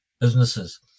businesses